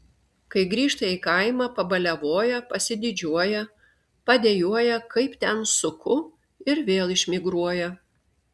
kai grįžta į kaimą pabaliavoja pasididžiuoja padejuoja kaip ten suku ir vėl išmigruoja